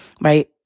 right